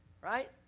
right